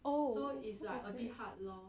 oh okay okay